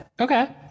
Okay